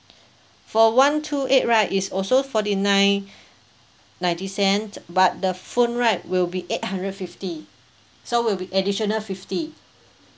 for one two eight right is also forty nine ninety cent but the phone right will be eight hundred fifty so will be additional fifty